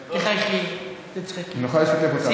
תחייכי, תצחקי, היא יכולה לשתף אותנו.